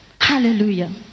Hallelujah